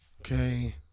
Okay